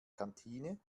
kantine